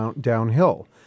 downhill